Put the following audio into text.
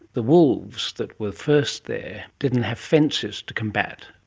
the wolves that were first there didn't have fences to combat.